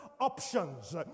options